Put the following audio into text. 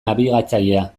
nabigatzailea